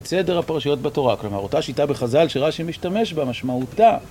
סדר הפרשיות בתורה. כלומר אותה שיטה בחז"ל, שרש"י משתמש בה, משמעותה...